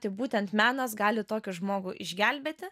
taip būtent menas gali tokį žmogų išgelbėti